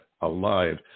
alive